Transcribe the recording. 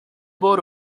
board